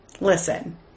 Listen